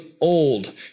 old